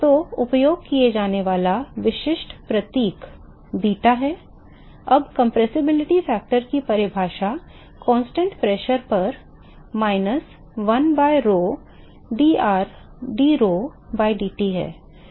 तो उपयोग किया जाने वाला विशिष्ट प्रतीक बीटा है अब कंप्रेसिबिलिटी फैक्टर की परिभाषा constant दबाव पर minus 1 by rho drho by dT है